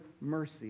mercy